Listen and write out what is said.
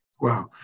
Wow